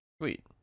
Sweet